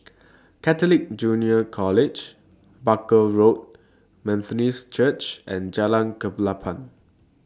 Catholic Junior College Barker Road Methodist Church and Jalan Klapa